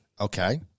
Okay